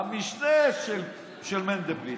המשנה של מנדלבליט,